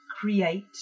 create